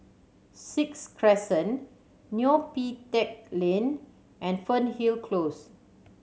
Sixth Crescent Neo Pee Teck Lane and Fernhill Close